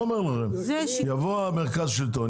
יבוא מרכז שלטון,